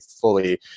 fully